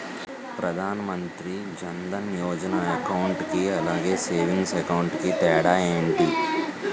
Pradhan Mantri Jan Dhan Yojana account కి అలాగే savings account కి తేడా ఏంటి?